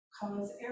cause